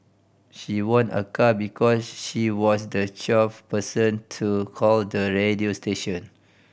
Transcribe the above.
she won a car because she was the twelfth person to call the radio station